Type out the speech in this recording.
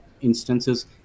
instances